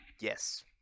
Yes